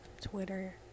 Twitter